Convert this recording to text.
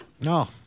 No